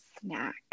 snack